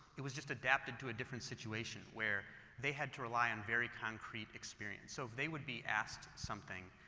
it was just adapted to a different situation where they had to rely on very concrete experience. so they would be asked something